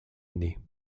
année